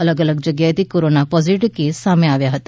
અલગ અલગ જગ્યાએથી કોરોના પોઝીટીવ કેસ સામે આવ્યા હતા